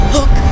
Look